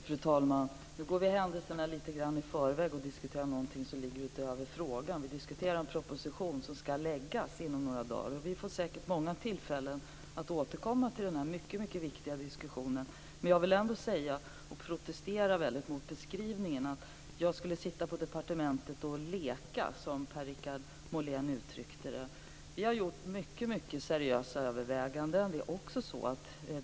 Fru talman! Nu går vi händelserna lite grann i förväg och diskuterar någonting som ligger utöver frågan. Vi diskuterar en proposition som ska läggas fram inom några dagar. Det blir säkert många tillfällen att återkomma till denna mycket viktiga diskussion. Men jag vill ändå starkt protestera mot beskrivningen att jag skulle sitta på departementet och leka, som Per-Richard Molén uttryckte det. Vi har gjort mycket seriösa överväganden.